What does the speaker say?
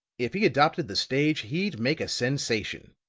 if he adopted the stage, he'd make a sensation.